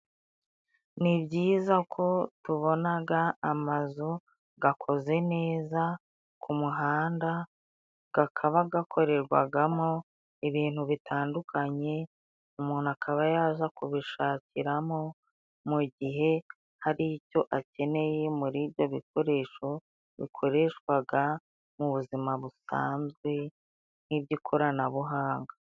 Ni byiza ko tubonaga amazu gakoze neza ku muhanda, gakaba gakorerwagamo ibintu bitandukanye umuntu akaba yaza kubishakiramo, mu gihe hari icyo akeneye muri ibyo bikoresho bikoreshwaga mu buzima busanzwe nk'iby'ikoranabuhanga.